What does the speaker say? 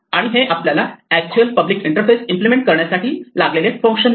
आणि हे आपल्याला एडक्च्युअल पब्लिक इंटरफेस इम्प्लिमेंट करण्यासाठी लागलेले फंक्शन देते